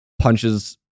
punches